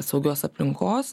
saugios aplinkos